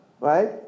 right